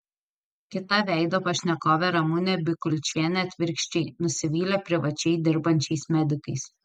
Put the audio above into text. kita veido pašnekovė ramunė bikulčienė atvirkščiai nusivylė privačiai dirbančiais medikais